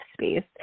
space